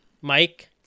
Mike